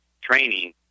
training